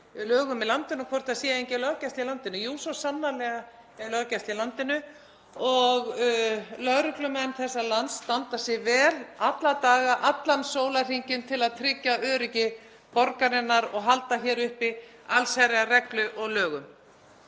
lögum í landinu, hvort það sé engin löggæsla í landinu. Jú, svo sannarlega er löggæsla í landinu og lögreglumenn þessa lands standa sig vel alla daga, allan sólarhringinn til að tryggja öryggi borgaranna og halda uppi allsherjarreglu og lögum.